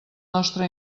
nostre